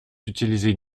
utiliser